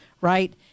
right